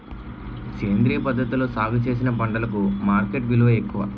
సేంద్రియ పద్ధతిలో సాగు చేసిన పంటలకు మార్కెట్ విలువ ఎక్కువ